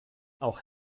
auch